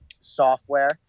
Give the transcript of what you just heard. software